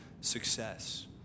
success